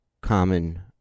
common